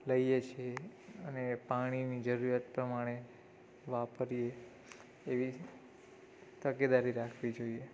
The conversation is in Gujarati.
લઇએ છે અને પાણીની જરૂરિયાત પ્રમાણે વાપરીએ એવી તકેદારી રાખવી જોઈએ